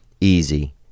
easy